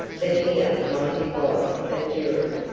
but here monty was obdurate.